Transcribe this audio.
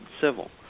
civil